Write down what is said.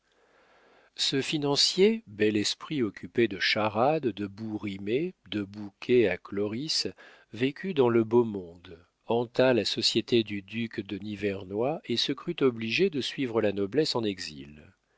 ce financier bel esprit occupé de charades de bouts rimés de bouquets à choris vécut dans le beau monde hanta la société du duc de